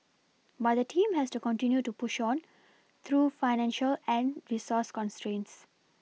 but the team has continued to push on through financial and resource constraints